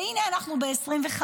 והינה אנחנו ב-2025.